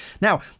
Now